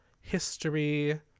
history